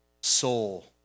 soul